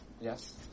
Yes